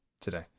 today